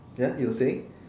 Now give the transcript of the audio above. ya you were saying